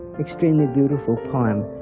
extremely beautiful poem.